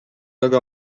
aga